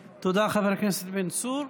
תודה, חבר הכנסת בן צור.